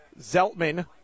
Zeltman